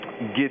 get